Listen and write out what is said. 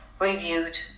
reviewed